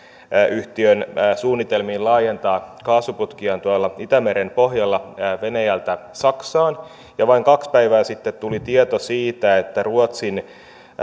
yhtiön suunnitelmiin laajentaa kaasuputkiaan itämeren pohjalla venäjältä saksaan vain kaksi päivää sitten tuli tieto siitä että ruotsin